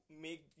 make